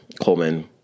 Coleman